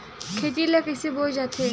खेती ला कइसे बोय जाथे?